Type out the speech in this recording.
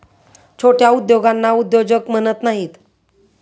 छोट्या उद्योगांना उद्योजक म्हणत नाहीत